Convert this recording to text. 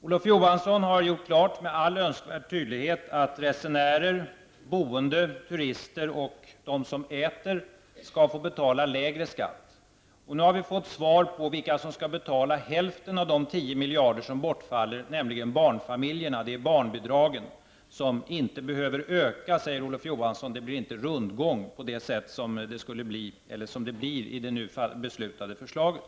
Olof Johansson har med all tydlig önskvärdhet gjort klart att resenärer, boende, turister och de som äter skall få betala lägre skatt. Nu har vi fått svar på vilka som skall betala hälften av de 10 miljarder som bortfaller, nämligen barnfamiljerna. Det är barnbidragen som inte behöver höjas, säger Olof Johansson. Det blir ingen rundgång på det sätt som det blir med det nu beslutade förslaget.